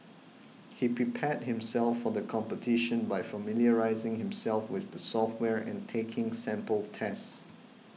he prepared himself for the competition by familiarising himself with the software and taking sample tests